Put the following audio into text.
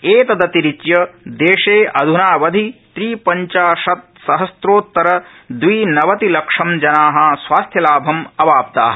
एतदतिरिच्य देशे अध्नावधि व्रिपंचाशत्सहस्रोतर द्विनवतिलक्षं जना स्वास्थ्यलाभम् अवाप्ताः